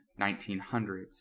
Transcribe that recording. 1900s